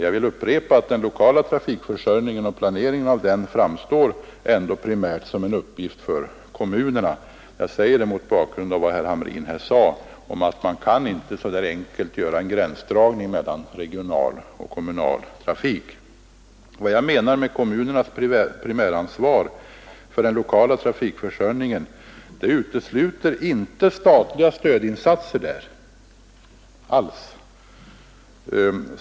Jag vill upprepa att den lokala trafikförsörjningen och planeringen av denna framstår ändå primärt som en uppgift för kommunerna — jag säger detta mot bakgrunden av vad herr Hamrin här sade, att man inte så där enkelt kan göra en gränsdragning mellan regional och kommunal trafik. Vad jag menar med kommunernas primäransvar för den lokala trafiklösningen utesluter inte alls statliga stödinsatser.